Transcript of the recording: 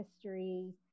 history